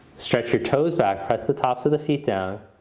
stretch your toes back, press the tops of the feet down.